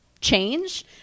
change